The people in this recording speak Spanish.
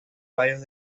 varios